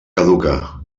caduca